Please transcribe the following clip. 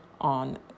on